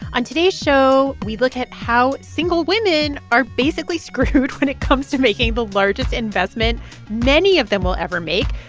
on today's show, we look at how single women are basically screwed when it comes to making the largest investment many of them will ever make,